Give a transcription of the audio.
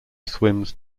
swims